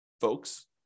folks